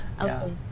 okay